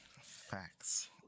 facts